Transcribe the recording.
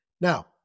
Now